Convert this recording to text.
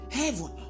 heaven